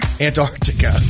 Antarctica